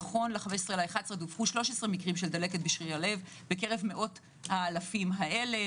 נכון ל-15.11 דווחו 13 מקרים כאלה בקרב מאות-האלפים האלה.